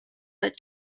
that